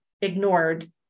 ignored